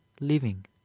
living